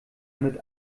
mit